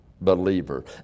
believer